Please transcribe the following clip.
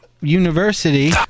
university